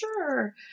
sure